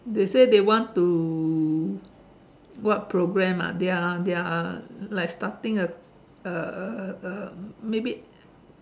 they say they want to what program ah they are they are like starting a a a maybe